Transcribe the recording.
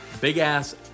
big-ass